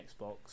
Xbox